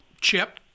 Chip